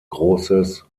großes